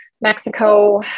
Mexico